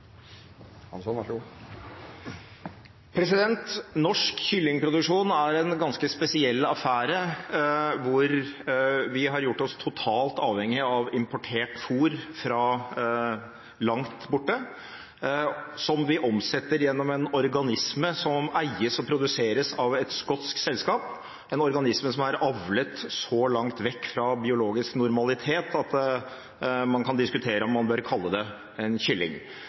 naboland. Norsk kyllingproduksjon er en ganske spesiell affære, hvor vi har gjort oss totalt avhengig av importert fôr fra langt borte, som vi omsetter gjennom en organisme som eies og produseres av et skotsk selskap, en organisme som er avlet så langt vekk fra biologisk normalitet at man kan diskutere om man bør kalle det